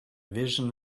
vision